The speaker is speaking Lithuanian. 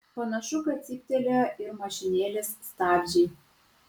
panašu kad cyptelėjo ir mašinėlės stabdžiai